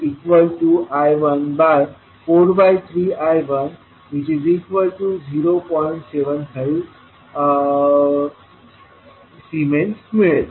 75S असेल